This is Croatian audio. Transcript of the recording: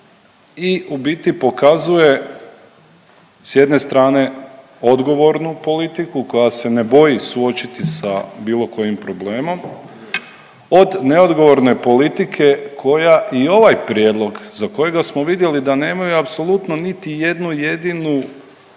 i u biti pokazuje s jedne strane odgovornu politiku koja se ne boji suočiti sa bilo kojim problemom od neodgovorne politike koja i ovaj prijedlog za kojega smo vidjeli da nemaju apsolutno niti jednu jedinu